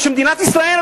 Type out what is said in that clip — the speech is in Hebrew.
ומדינת ישראל,